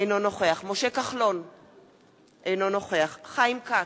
אינו נוכח משה כחלון, אינו נוכח חיים כץ,